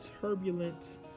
turbulent